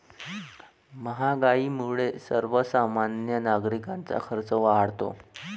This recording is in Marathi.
महागाईमुळे सर्वसामान्य नागरिकांचा खर्च वाढतो